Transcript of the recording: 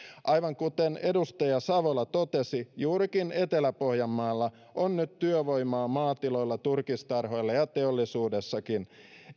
aivan kuten edustaja savola totesi juurikin etelä pohjanmaalla on nyt työvoimaa maatiloilla turkistarhoilla ja teollisuudessakin